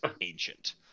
ancient